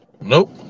Nope